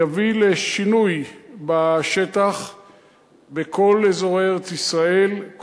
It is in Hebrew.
יביא לשינוי בשטח בכל אזורי ארץ-ישראל,